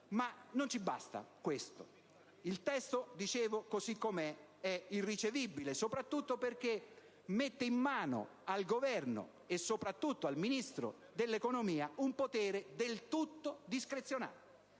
Ma non ci basta questo. Il testo, dicevo, così com'è, è irricevibile, soprattutto perché mette in mano al Governo, in particolare al Ministro dell'economia, un potere del tutto discrezionale.